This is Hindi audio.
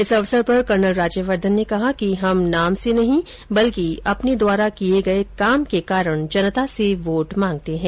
इस अवसर पर कर्नल राज्यवर्द्वन ने कहा कि हम नाम से नहीं बल्कि अपने द्वारा किये गये काम के कारण जनता से वोट मांगते है